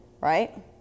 right